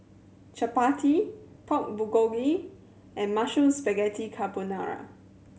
Chapati Pork Bulgogi and Mushroom Spaghetti Carbonara